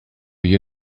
you